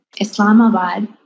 Islamabad